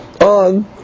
on